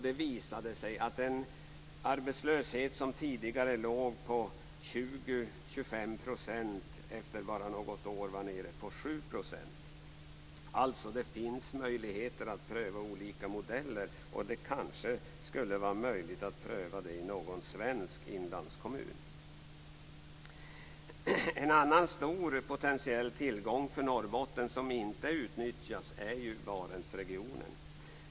Det visade sig att den tidigare arbetslösheten på 20-25 % efter bara något år var nere på 7 %. Det finns alltså möjligheter att pröva olika modeller, och det kanske skulle vara möjligt att pröva detta i någon svensk inlandskommun. En annan stor potentiell tillgång för Norrbotten som inte utnyttjas är ju Barentsregionen.